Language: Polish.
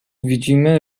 widzimy